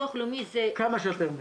כמה שיותר מהר,